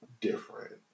different